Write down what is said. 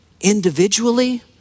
individually